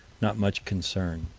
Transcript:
not much concern.